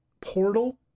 portal